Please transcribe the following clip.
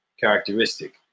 characteristic